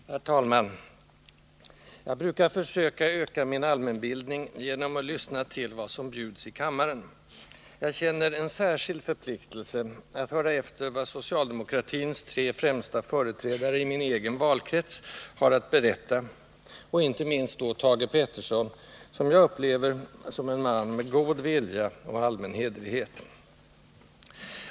Herr talman! Jag brukar försöka öka min allmänbildning genom att lyssna till vad som bjuds i kammaren. Jag känner en särskild förpliktelse att höra efter vad socialdemokratins tre främsta företrädare i min egen valkrets har att berätta, inte minst då Thage Peterson, som jag upplever som en man med god vilja och allmän hederlighet.